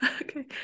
okay